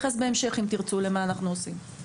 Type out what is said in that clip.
אוכל להתייחס בהמשך גם למה שאנחנו עושים.